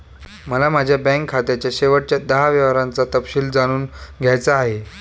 मला माझ्या बँक खात्याच्या शेवटच्या दहा व्यवहारांचा तपशील जाणून घ्यायचा आहे